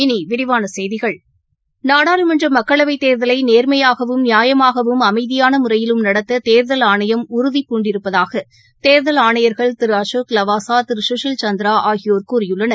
இனிவிரிவானசெய்திகள் நாடாளுமன்றமக்களவைத் தேர்தலைநேர்மையாகவும் நியாமாகவும் அமைதியானமுறையிலும் நடத்ததேர்தல் ஆணையம் உறுதி பூண்டிருப்பதாகதேர்தல் ஆணையர்கள் திருஅசோக் லவாசா திருசுஷில் சந்த்ராஆகியோர் கூறியுள்ளனர்